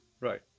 Right